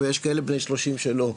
ויש כאלה בני 30 שלא,